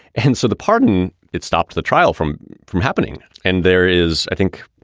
and so the pardon. it stopped the trial from from happening. and there is, i think,